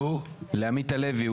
לעמית הלוי.